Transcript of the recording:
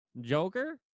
Joker